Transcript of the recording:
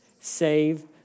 Save